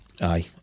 Aye